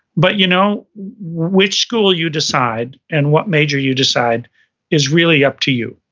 but you know which school you decide and what major you decide is really up to you.